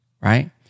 right